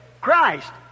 Christ